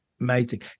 Amazing